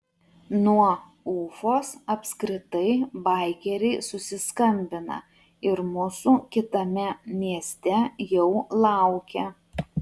nuo ufos apskritai baikeriai susiskambina ir mūsų kitame mieste jau laukia